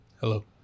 Hello